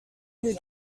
who